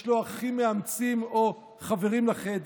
יש לו אחים מאמצים או חברים לחדר,